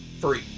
free